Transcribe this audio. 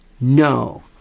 no